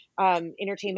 Entertainment